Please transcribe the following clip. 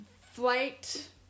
flight